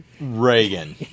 Reagan